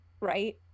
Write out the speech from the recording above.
Right